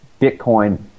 Bitcoin